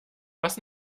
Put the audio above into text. was